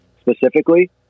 specifically